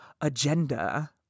agenda